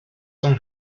son